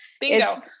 Bingo